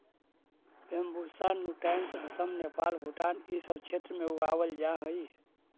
Bambusa nutans Assam, Nepal, Bhutan इ सब क्षेत्र में उगावल जा हई